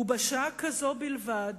בשעה כזאת בלבד